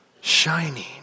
shining